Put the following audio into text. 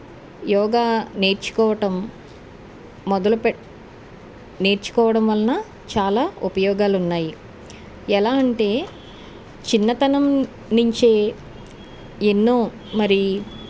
యోగా నేర్చుకోవటం మొదలు పె నేర్చుకోవడం వలన చాలా ఉపయోగాలు ఉన్నాయి ఎలా అంటే చిన్నతనం నుంచే ఎన్నో మరి